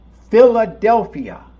philadelphia